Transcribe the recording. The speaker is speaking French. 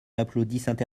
m’applaudissent